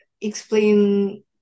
explain